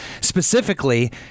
specifically